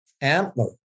antler